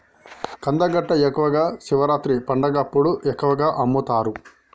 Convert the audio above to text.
కందగడ్డ ఎక్కువగా శివరాత్రి పండగప్పుడు ఎక్కువగా అమ్ముతరు